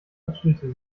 tätschelte